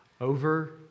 Over